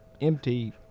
empty